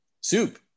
soup